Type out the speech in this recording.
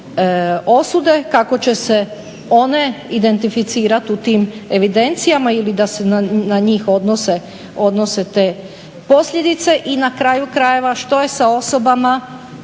osude, kako će se one identificirat u tim evidencijama ili da se na njih odnose te posljedice i na kraju krajeva što je sa osobama